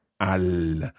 Al